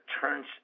turns